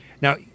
Now